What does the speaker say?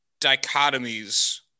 dichotomies